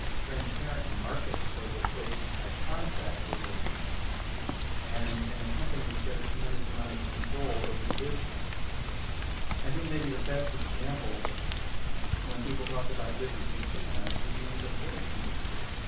transparent markets are replaced by contract arrangements and and companies get a tremendous amount of control over the business i think maybe the best example when people talk about a business being chickenized would be the pork industry.